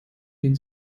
den